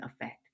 effect